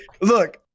Look